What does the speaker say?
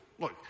Look